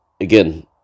again